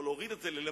או להוריד את זה למטה,